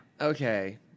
okay